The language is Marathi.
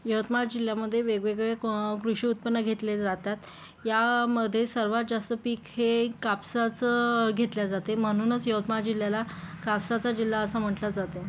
यवतमाळ जिल्ह्यामधे वेगवेगळे क कृषिउत्पन्न घेतले जातात यामधे सर्वात जास्त पीक हे कापसाचं घेतल्या जाते म्हणूनच यवतमाळ जिल्ह्याला कापसाचा जिल्हा असं म्हटलं जाते